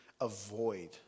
avoid